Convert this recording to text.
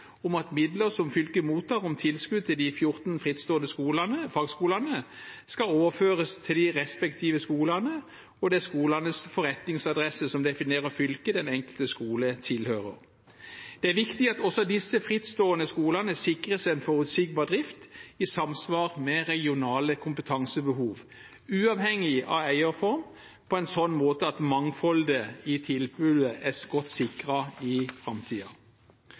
om at midler som fylket mottar om tilskudd til de 14 frittstående fagskolene, skal overføres til de respektive skolene, og det er skolenes forretningsadresse som definerer fylket den enkelte skole tilhører. Det er viktig at også de frittstående skolene sikres en forutsigbar drift i samsvar med regionale kompetansebehov, uavhengig av eierform, på en slik måte at mangfoldet i tilbudet er godt sikret i